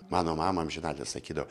mano mama amžiną atilsį sakydavo